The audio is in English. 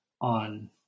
on